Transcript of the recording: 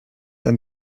ein